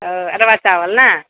ओ अरवा चावल नहि